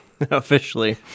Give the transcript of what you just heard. Officially